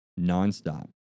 nonstop